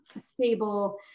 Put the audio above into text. stable